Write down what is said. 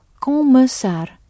começar